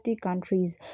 countries